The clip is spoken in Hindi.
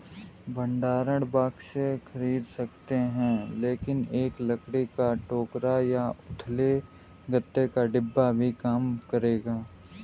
भंडारण बक्से खरीद सकते हैं लेकिन एक लकड़ी का टोकरा या उथले गत्ते का डिब्बा भी काम करेगा